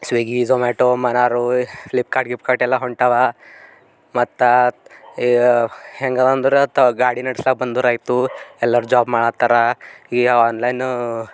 Swiggy Zomato ಮರಾರೋ Flipkart ಗ್ಲಿಪ್ಕಾರ್ಟ್ ಎಲ್ಲ ಹೊರಟಾವ ಮತ್ತು ಹೆಂಗವೆ ಅಂದ್ರೆ ತ ಗಾಡಿ ನಡ್ಸಾಕೆ ಬಂದರಾಯ್ತು ಎಲ್ಲಾರ ಜಾಬ್ ಮಾಡ್ಲತ್ತಾರ ಈಗ ಆನ್ಲೈನು